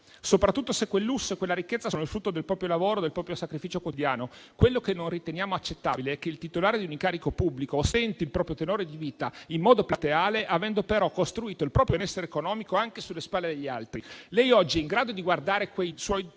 soprattutto se quel lusso e quella ricchezza sono il frutto del proprio lavoro e del proprio sacrificio quotidiano. Quello che non riteniamo accettabile è che il titolare di un incarico pubblico ostenti il proprio tenore di vita in modo plateale, avendo però costruito il proprio benessere economico anche sulle spalle degli altri. Lei oggi è in grado di guardare quei suoi